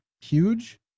huge